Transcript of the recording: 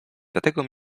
dlatego